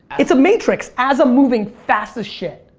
it's a matrix as i'm moving fast as shit.